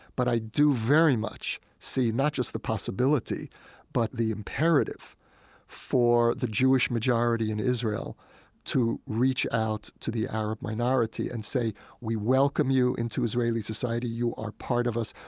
but i do very much see, not just the possibility but the imperative for the jewish majority in israel to reach out to the arab minority and say we welcome you into israeli society, you are part of us.